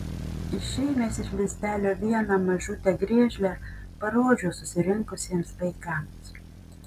išėmęs iš lizdelio vieną mažutę griežlę parodžiau susirinkusiems vaikams